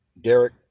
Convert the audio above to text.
Derek